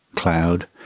cloud